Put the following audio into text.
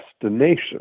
destination